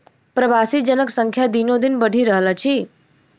प्रवासी जनक संख्या दिनोदिन बढ़ि रहल अछि